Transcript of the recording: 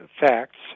facts